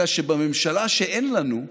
אלא שבממשלה שאין לנו,